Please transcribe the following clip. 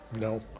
No